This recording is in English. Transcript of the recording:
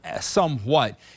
somewhat